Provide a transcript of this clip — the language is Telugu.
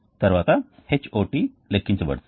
తర్వాత Hot లెక్కించబడుతుంది